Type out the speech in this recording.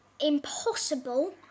impossible